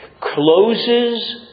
closes